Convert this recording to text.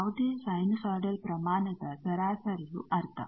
ಯಾವುದೇ ಸೈನುಸೋಯಿಡಲ್ ಪ್ರಮಾಣದ ಸರಾಸರಿಯು ಅರ್ಧ